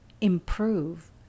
improve